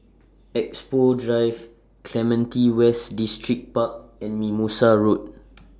Expo Drive Clementi West Distripark and Mimosa Road